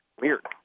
Weird